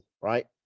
right